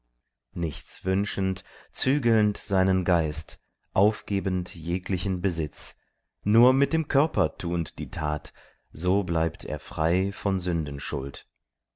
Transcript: nichts wünschend zügelnd seinen geist aufgebend jeglichen besitz nur mit dem körper tu'nd die tat so bleibt er frei von